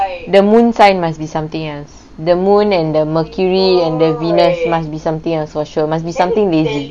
the moon sign must be something else the moon and the mercury and the venus must be something else for sure must be something lazy